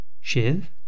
Shiv